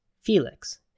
Felix